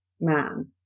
man